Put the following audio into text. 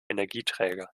energieträger